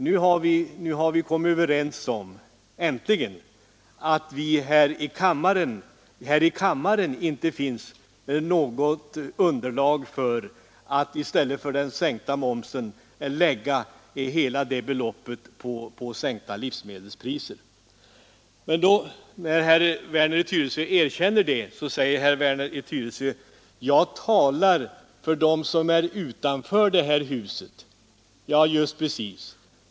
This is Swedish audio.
Nu har vi äntligen kommit överens om att det här i kammaren inte finns något underlag för att i stället för sänkt moms lägga hela det beloppet på sänkta livsmedelspriser. När herr Werner i Tyresö erkänner det säger han: Jag talar för dem som är utanför det här huset. Ja, just precis.